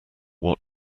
what